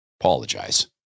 apologize